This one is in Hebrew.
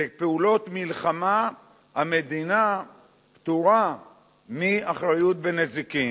בפעולות מלחמה המדינה פטורה מאחריות בנזיקין.